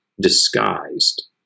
disguised